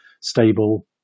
stable